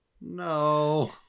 No